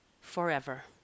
forever